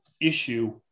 issue